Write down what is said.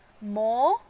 more